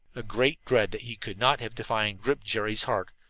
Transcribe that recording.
a great dread that he could not have defined gripped jerry's heart.